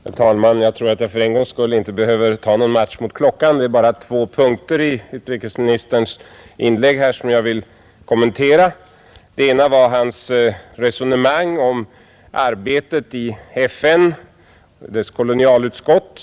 Herr talman! Jag tror att jag för en gångs skull inte behöver ta någon match mot klockan. Det är bara två punkter i utrikesministerns inlägg som jag vill kommentera. Det ena är hans resonemang om arbetet i FN:s kolonialutskott.